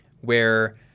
where-